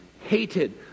Hated